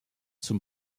zum